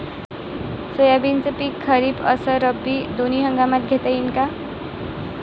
सोयाबीनचं पिक खरीप अस रब्बी दोनी हंगामात घेता येईन का?